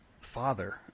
Father